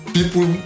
People